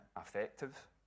effective